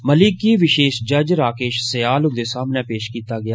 मलिक गी विशेष जज राकेश सयाल हुंदे सामनै पेश कीता गेआ